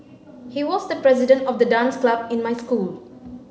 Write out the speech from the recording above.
he was the president of the dance club in my school